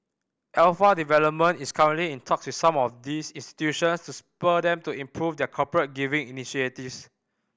Alpha Development is currently in talks with some of these institutions to spur them to improve their corporate giving initiatives